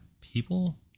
people